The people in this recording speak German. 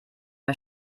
wir